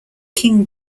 king